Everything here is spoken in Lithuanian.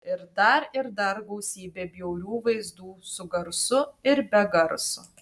ir dar ir dar gausybę bjaurių vaizdų su garsu ir be garso